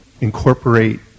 incorporate